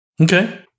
Okay